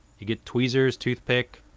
you get tweezers toothpick,